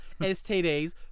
STDs